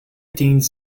teens